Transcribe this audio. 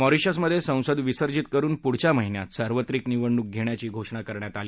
मॉरिशसमधे संसद विसर्जित करुन पुढच्या महिन्यात सार्वत्रिक निवडणूक घेण्याची घोषणा करण्यात आली